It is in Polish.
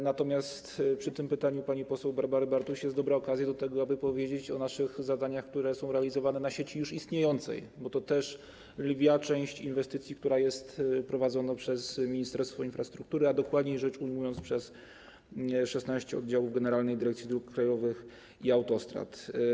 Natomiast przy tym pytaniu pani poseł Barbary Bartuś jest dobra okazja do tego, aby powiedzieć o naszych zadaniach, które są realizowane na sieci już istniejącej, bo to też lwia część inwestycji, która jest prowadzona przez Ministerstwo Infrastruktury, a dokładniej rzecz ujmując, przez 16 oddziałów Generalnej Dyrekcji Dróg Krajowych i Autostrad.